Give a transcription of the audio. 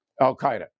Al-Qaeda